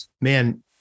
man